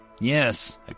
Yes